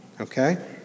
okay